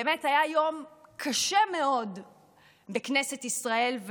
באמת היה היום קשה מאוד בכנסת ישראל,